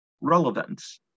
Relevance